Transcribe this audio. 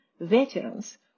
veterans